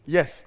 Yes